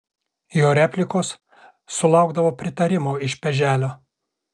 jo replikos sulaukdavo pritarimo iš peželio